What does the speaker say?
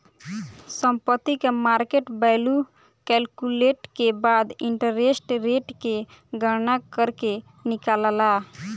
संपत्ति के market value calculate के बाद इंटरेस्ट रेट के गणना करके निकालाला